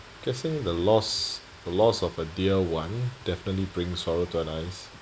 guessing the loss the loss of a dear one definitely brings sorrow to our lives